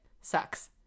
Sucks